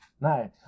Nice